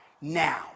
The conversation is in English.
Now